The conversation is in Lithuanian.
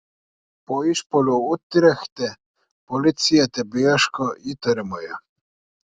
po išpuolio utrechte policija tebeieško įtariamojo